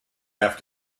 have